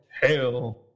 Hail